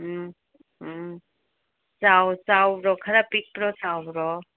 ꯎꯝ ꯎꯝ ꯆꯥꯎꯕ꯭ꯔꯣ ꯈꯔ ꯄꯤꯛꯄ꯭ꯔꯣ ꯆꯥꯎꯕ꯭ꯔꯣ